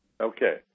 Okay